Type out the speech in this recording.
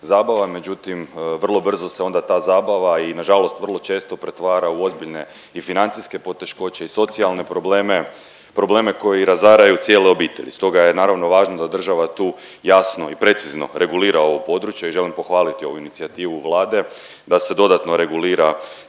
zabava, međutim vrlo brzo se onda ta zabava i nažalost vrlo često pretvara u ozbiljne i financijske poteškoće i socijalne probleme, probleme koji razaraju cijele obitelji. Stoga je naravno važno da država tu jasno i precizno regulira ovo područje i želim pohvaliti ovu inicijativu Vladu da se dodatno regulira